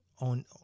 on